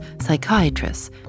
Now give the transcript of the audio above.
psychiatrists